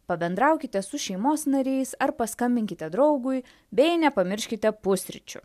pabendraukite su šeimos nariais ar paskambinkite draugui beje nepamirškite pusryčių